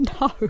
No